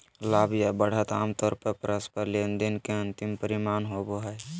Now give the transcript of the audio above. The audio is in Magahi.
लाभ या बढ़त आमतौर पर परस्पर लेनदेन के अंतिम परिणाम होबो हय